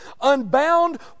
unbound